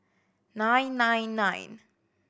nine nine nine